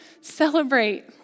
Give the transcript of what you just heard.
celebrate